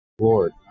Lord